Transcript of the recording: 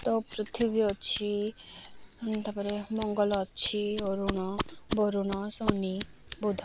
ତ ପୃଥିବୀ ଅଛି ତାପରେ ମଙ୍ଗଲ ଅଛି ଅରୁଣ ବରୁଣ ଶନି ବୁଧ